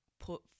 put